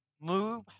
Move